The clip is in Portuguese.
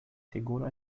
seguram